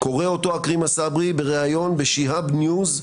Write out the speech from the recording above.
קורא אותו עכרמה סברי בראיון ב"שיאהב ניוז"